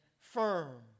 firm